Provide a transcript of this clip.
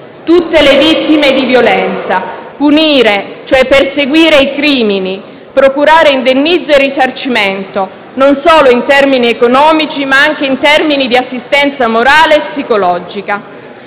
tutte le vittime di violenza, punire, cioè perseguire i crimini, procurare indennizzo e risarcimento, non solo in termini economici ma anche in termini di assistenza morale e psicologica.